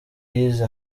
yize